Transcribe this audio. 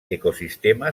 ecosistema